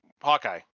Hawkeye